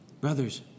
Brothers